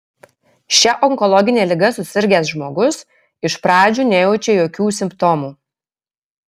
šia onkologine liga susirgęs žmogus iš pradžių nejaučia jokių simptomų